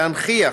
הן להנכיח